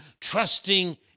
trusting